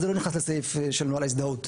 וזה לא נכנס לסעיף של נוהל ההזדהות.